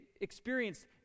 experienced